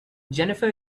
jennifer